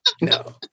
No